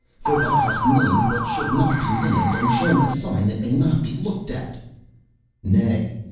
for thou hast named what should not be named, and shown the sign that may not be looked at nay,